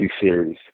series